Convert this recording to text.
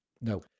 No